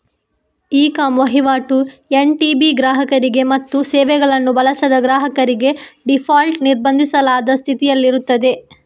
E com ವಹಿವಾಟು NTB ಗ್ರಾಹಕರಿಗೆ ಮತ್ತು ಸೇವೆಗಳನ್ನು ಬಳಸದ ಗ್ರಾಹಕರಿಗೆ ಡೀಫಾಲ್ಟ್ ನಿರ್ಬಂಧಿಸಲಾದ ಸ್ಥಿತಿಯಲ್ಲಿರುತ್ತದೆ